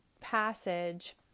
passage